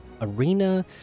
Arena